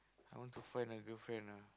I want to find a girlfriend ah